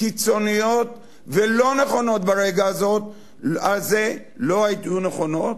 קיצוניות ולא נכונות ברגע הזה לא היו נכונות,